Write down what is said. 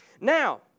Now